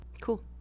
Cool